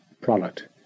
product